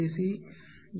C A